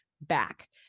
back